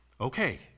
Okay